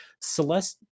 celeste